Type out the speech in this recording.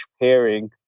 pairing